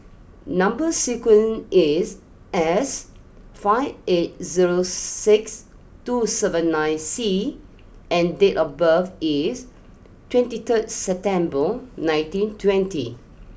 number sequence is S five eight zero six two seven nine C and date of birth is twenty third September nineteen twenty